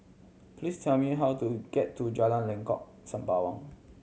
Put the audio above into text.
please tell me how to get to Jalan Lengkok Sembawang